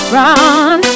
run